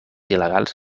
il·legals